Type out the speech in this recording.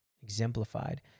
exemplified